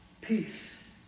Peace